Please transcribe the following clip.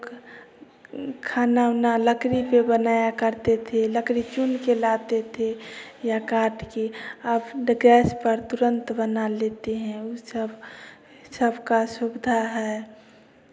खाना उना लकड़ी पर बनाया करते थे लकड़ी चुन कर लाते थे या काट कर अब ड्गैस पर तुरंत बना लेते हैं वह सब सब का सुविधा है